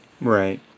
Right